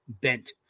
bent